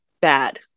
bad